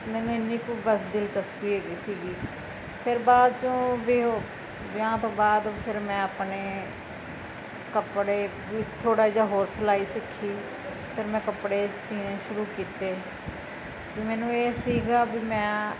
ਮੈਨੂੰ ਇੰਨੀ ਕੁ ਬਸ ਦਿਲਚਸਪੀ ਹੈਗੀ ਸੀਗੀ ਫਿਰ ਬਾਅਦ 'ਚੋਂ ਵੀ ਉਹ ਵਿਆਹ ਤੋਂ ਬਾਅਦ ਫਿਰ ਮੈਂ ਆਪਣੇ ਕੱਪੜੇ ਵੀ ਥੋੜ੍ਹਾ ਜਿਹਾ ਹੋਰ ਸਿਲਾਈ ਸਿੱਖੀ ਫਿਰ ਮੈਂ ਕੱਪੜੇ ਸਿਊਣੇ ਸ਼ੁਰੂ ਕੀਤੇ ਮੈਨੂੰ ਇਹ ਸੀਗਾ ਵੀ ਮੈਂ